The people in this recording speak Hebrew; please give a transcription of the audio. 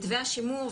מתווה השימור,